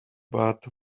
but